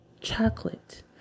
chocolate